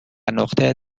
نقطه